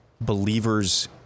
believers